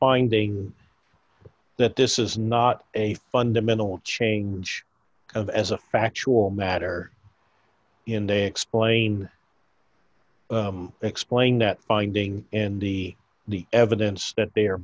finding that this is not a fundamental change of as a factual matter in de explain explain that finding and the the evidence that they